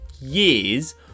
years